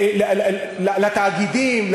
לתאגידים,